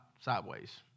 sideways